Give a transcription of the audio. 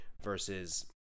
versus